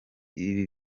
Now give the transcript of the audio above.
ibi